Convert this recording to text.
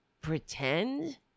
pretend